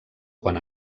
quan